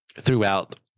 throughout